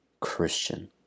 Christian